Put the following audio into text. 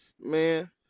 man